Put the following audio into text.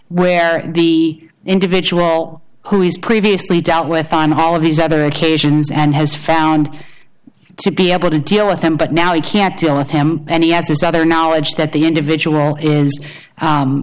where the individual who is previously dealt with on all of these other occasions and has found to be able to deal with them but now i can't deal with him and he has this other now age that the individual is u